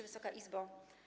Wysoka Izbo!